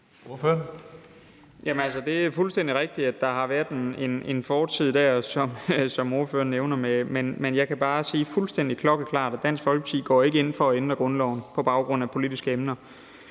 Det er fuldstændig rigtigt, at der har været en fortid der, som ordføreren nævner. Men jeg kan bare sige fuldstændig klokkeklart, at Dansk Folkeparti ikke går ind for at ændre grundloven på baggrund af politiske emner.